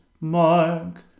mark